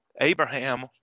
Abraham